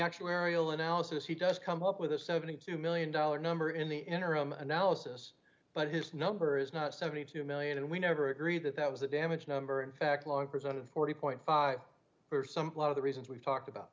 aerial analysis he does come up with a seventy two million dollars number in the interim analysis but his number is not seventy two million dollars and we never agreed that that was the damage number in fact long presented forty five for some plot of the reasons we've talked about